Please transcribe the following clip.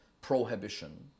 prohibition